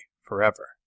forever